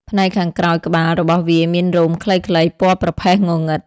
ផ្នែកខាងក្រោយក្បាលរបស់វាមានរោមខ្លីៗពណ៌ប្រផេះងងឹត។